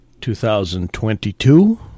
2022